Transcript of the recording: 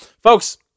Folks